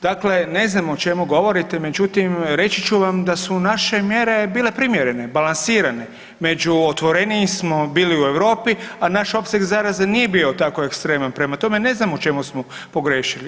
Dakle, ne znam o čemu govorite, međutim, reći ću vam da su naše mjere bile primjerene, balansirane, među otvorenijim smo bili u Europi, a naš opseg zaraze nije bio tako ekstreman, prema tome, ne znam u čemu smo pogriješili.